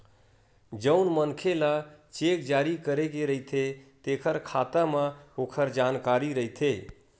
जउन मनखे ल चेक जारी करे गे रहिथे तेखर खाता म ओखर जानकारी रहिथे